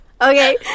Okay